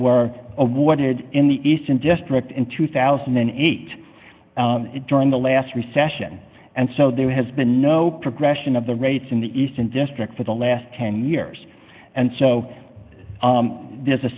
were awarded in the eastern district in two thousand and eight during the last recession and so there has been no progression of the rates in the eastern district for the last ten years and so there's a